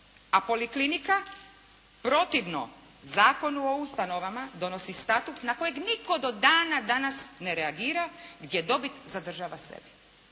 a poliklinika protivno Zakonu o ustanovama donosi statut na kojeg nitko do dana danas ne reagira, gdje dobit zadržava sebi.